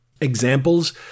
examples